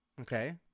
okay